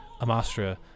Amastra